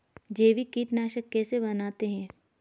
जैविक कीटनाशक कैसे बनाते हैं?